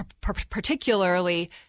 particularly